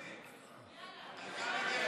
דודי,